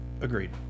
Agreed